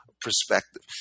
perspective